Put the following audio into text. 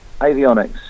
avionics